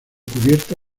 cubierta